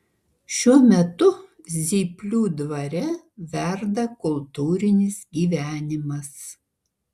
šiuo metu zyplių dvare verda kultūrinis gyvenimas